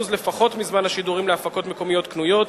לפחות מזמן השידורים להפקות מקומיות קנויות,